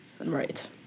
Right